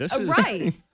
Right